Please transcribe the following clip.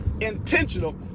intentional